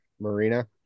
marina